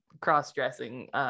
cross-dressing